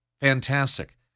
fantastic